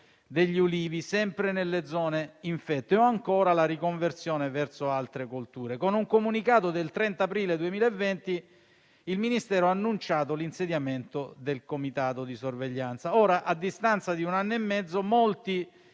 degli ulivi, sempre nelle zone infette, o ancora la riconversione verso altre culture. Con un comunicato del 30 aprile 2020 il Ministero ha annunciato l'insediamento del comitato di sorveglianza. Ora, a distanza di un anno e mezzo, molti